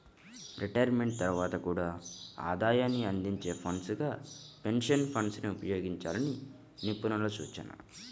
retirement తర్వాత కూడా ఆదాయాన్ని అందించే ఫండ్స్ గా పెన్షన్ ఫండ్స్ ని ఉపయోగించాలని నిపుణుల సూచన